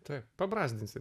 taip pabrazdinsim